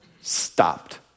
stopped